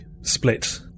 split